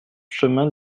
chemin